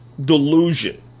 Delusion